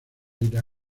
ira